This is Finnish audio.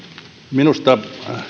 minusta